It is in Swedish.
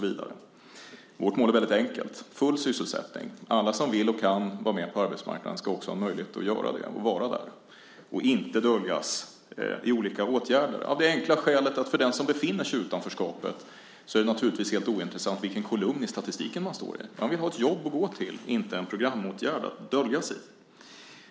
Vårt mål är väldigt enkelt: full sysselsättning. Alla som vill och kan vara med på arbetsmarknaden ska också ha möjlighet att göra det och vara där och inte döljas i olika åtgärder - av det enkla skälet att för den som befinner sig i utanförskapet så är det naturligtvis helt ointressant vilken kolumn i statistiken man står i. Man vill ha ett jobb att gå till - inte en programåtgärd att döljas i.